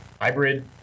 hybrid